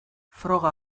froga